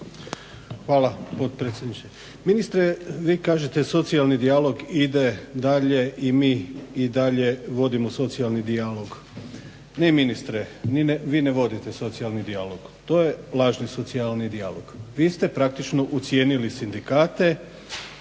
Hvala potpredsjednice. Ministre vi kažete socijalni dijalog ide dalje i mi i dalje vodimo socijalni dijalog. Ne, ministre, vi ne vodite socijalni dijalog, to je lažni socijalni dijalog. Vi ste praktično ucijenili sindikate,